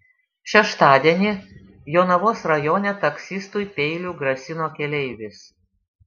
šeštadienį jonavos rajone taksistui peiliu grasino keleivis